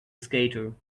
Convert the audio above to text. skater